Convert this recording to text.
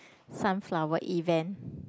sunflower event